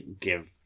give